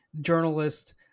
journalist